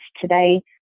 today